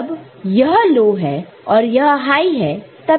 जब यह लो है और यह हाई है तब क्या होगा